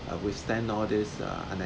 uh withstand all these uh unex~